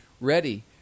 ready